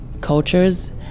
cultures